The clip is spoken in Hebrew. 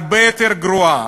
הרבה יותר גרועה.